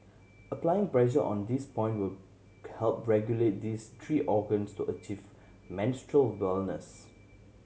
applying pressure on this point will help regulate these three organs to achieve menstrual wellness